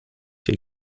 się